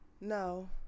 No